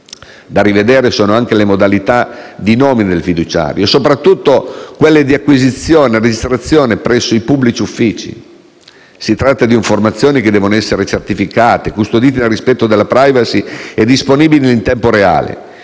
Da rivedere sono anche le modalità della sua nomina e, soprattutto, di acquisizione e registrazione presso i pubblici uffici. Si tratta di informazioni che devono essere certificate, custodite nel rispetto della *privacy* e disponibili in tempo reale.